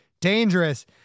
dangerous